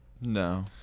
No